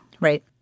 Right